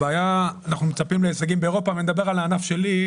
אנחנו מצפים להישגים באירופה ואני מדבר על הענף שלי,